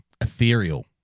ethereal